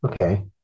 Okay